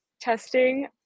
testing